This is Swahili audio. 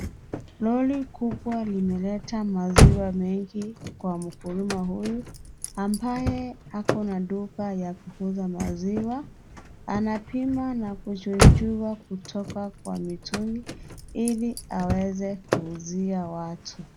Lori kubwa limeleta maziwa mengi kwa mkulima huyu ambaye akona duka ya kuuza maziwa. Anapima na kuchuchua kutoka kwa mitungi ili aweze kuuzia watu.